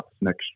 next